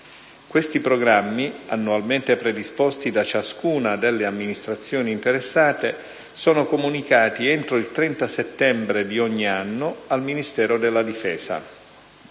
Questi programmi, annualmente predisposti da ciascuna delle amministrazioni interessate, sono comunicati entro il 30 settembre di ogni anno al Ministero della difesa.